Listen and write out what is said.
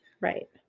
Right